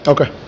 Okay